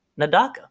Nadaka